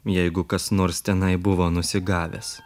jeigu kas nors tenai buvo nusigavęs